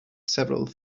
several